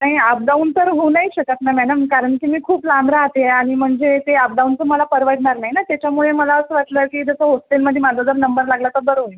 नाही आपडाऊन तर होऊ नाही शकत ना मॅणम कारण की मी खूप लांब राहते आणि म्हणजे ते आपडाऊनचं मला परवडणार नाही ना त्याच्यामुळे मला असं वाटलं की जसं होस्टेलमध्ये माझा जर नंबर लागला तर बरं होईल